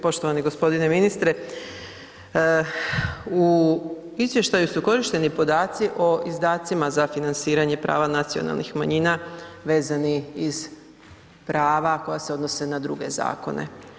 Poštovani g. ministre, u izvještaju su korišteni podaci o izdaci za financiranje prava nacionalnih manjina vezani iz prava koja se odnose na druge zakone.